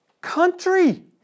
country